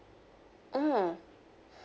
mm